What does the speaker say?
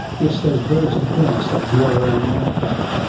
yes, those balls of grass that blow around the outback.